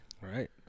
Right